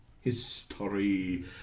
History